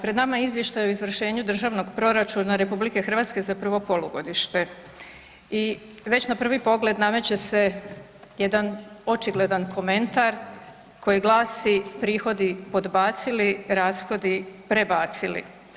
Pred nama je Izvještaj o izvršenju državnog proračuna RH za prvo polugodište i već na prvi pogled nameće se jedan očigledan komentar koji glasi prihodi podbacili, rashodi prebacili.